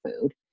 food